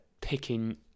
picking